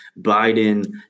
Biden